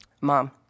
Mom